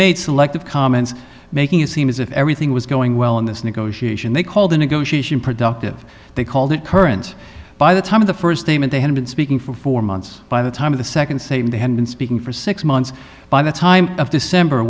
made selective comments making it seem as if everything was going well in this negotiation they called the negotiation productive they called it current by the time of the first game and they had been speaking for four months by the time of the second same they had been speaking for six months by the time of december